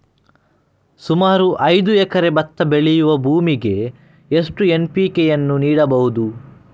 ಸುಮಾರು ಐದು ಎಕರೆ ಭತ್ತ ಬೆಳೆಯುವ ಭೂಮಿಗೆ ಎಷ್ಟು ಎನ್.ಪಿ.ಕೆ ಯನ್ನು ನೀಡಬಹುದು?